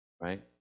Right